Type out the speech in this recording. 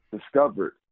discovered